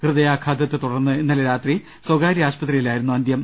ഹൃദയാഘാ തത്തെ തുടർന്ന് ഇന്നലെ രാത്രി സ്ഥകാര്യ ആശുപത്രി യിലായിരുന്നു അന്തൃം